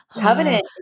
Covenant